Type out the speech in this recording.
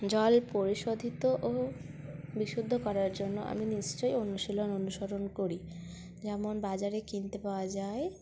জল পরিশোধিত ও বিশুদ্ধ করার জন্য আমি নিশ্চয়ই অনুশীলন অনুসরণ করি যেমন বাজারে কিনতে পাওয়া যায়